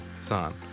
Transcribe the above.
son